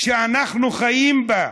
שאנחנו חיים בה,